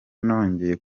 nongeye